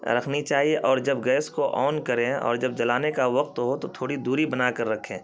رکھنی چاہیے اور جب گیس کو آن کریں اور جب جلانے کا وقت ہو تو تھوڑی دوری بنا کر رکھیں